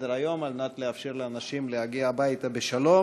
סדר-היום על מנת לאפשר לאנשים להגיע הביתה בשלום.